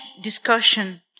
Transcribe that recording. discussion